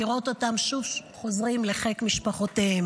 לראות אותן חוזרות לחיק משפחותיהן.